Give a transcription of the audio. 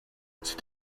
c’est